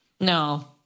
No